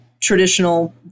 traditional